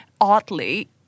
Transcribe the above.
Oddly